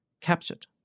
captured